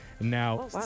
Now